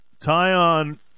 Tyon